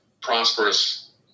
prosperous